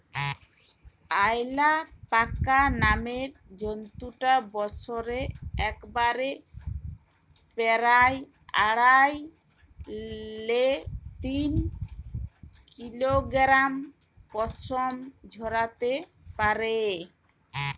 অয়ালাপাকা নামের জন্তুটা বসরে একবারে পেরায় আঢ়াই লে তিন কিলগরাম পসম ঝরাত্যে পারে